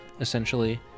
essentially